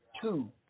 two